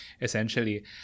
essentially